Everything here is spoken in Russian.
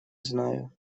знаю